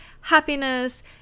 happiness